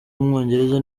w’umwongereza